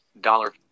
Dollar